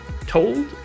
told